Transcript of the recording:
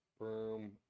boom